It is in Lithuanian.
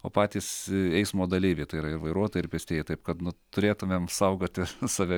o patys eismo dalyviai tai yra ir vairuotojai ir pėstieji taip kad nu turėtumėm saugoti save